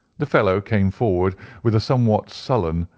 the fellow came forward with a somewhat sullen,